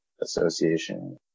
association